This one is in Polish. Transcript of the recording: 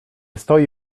stoi